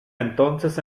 entonces